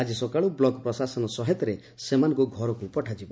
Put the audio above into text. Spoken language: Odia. ଆଜି ସକାଳୁ ବ୍ଲକ ପ୍ରଶାସନ ସହାୟତାରେ ସେମାନଙ୍ଙୁ ଘରକୁ ପଠାଯିବ